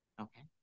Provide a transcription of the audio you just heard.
Okay